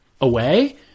away